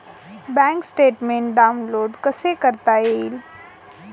Bank statement download कसे करता येईल?